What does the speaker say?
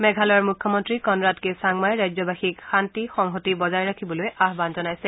মেঘালয়ৰ মুখ্যমন্ত্ৰী Conrad K চাংমাই ৰাজ্যবাসীক শান্তি সংহতি বজাই ৰাখিবলৈ আহ্বান জনাইছে